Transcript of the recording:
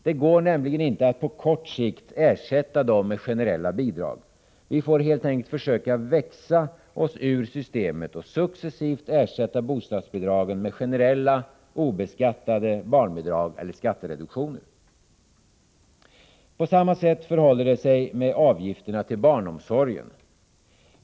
Det går nämligen inte att på kort sikt ersätta dem med generella bidrag. Vi får helt enkelt försöka växa oss ur systemet och successivt ersätta bostadsbidragen med generella, obeskattade barnbidrag eller skattereduktioner. På samma sätt förhåller det sig med avgifterna till barnomsorgen.